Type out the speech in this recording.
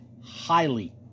highly